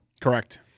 Correct